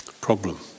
problem